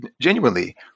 genuinely